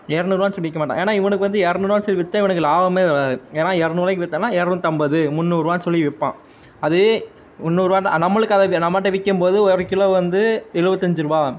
இரநூறுவான்னு சொல்லி விற்க மாட்டான் ஏனால் இவனுக்கு வந்து இரநூறுவான்னு சொல்லி விற்றா இவனுக்கு லாபமே வராது ஏனால் இரநூறுவாக்கி விற்றான்னா இரநூத்தம்பது முந்நூறுபான்னு சொல்லி விற்பான் அதே முந்நூறுபா தான் நம்மளுக்கு அதை நம்மள்கிட்ட விற்கம்போது ஒரு கிலோ வந்து எழுவத்தஞ்சி ரூபாய்